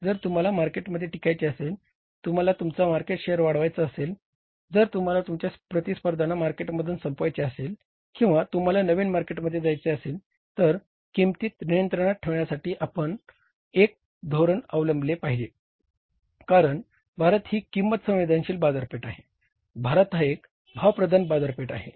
जर तुम्हाला मार्केटमध्ये टिकायचे असेल तुम्हाला तुमचा मार्केट शेअर वाढवायचा असेल जर तुम्हाला तुमच्या प्रतिस्पर्धीना मार्केटमधून संपवायचे असेल किंवा तुम्हाला नवीन मार्केटमध्ये जायचे असेल तर किंमती नियंत्रणात ठेवण्यासाठी आपणास एक धोरण अवलंबले पाहिजे कारण भारत ही किंमत संवेदनशील बाजारपेठ आहे भारत हा एक भावप्रधान बाजारपेठ आहे